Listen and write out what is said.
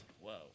Whoa